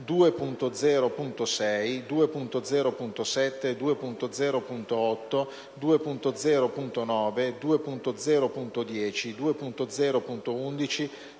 2.0.6, 2.0.7, 2.0.8, 2.0.9, 2.0.10, 2.0.11,